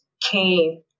came